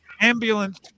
Ambulance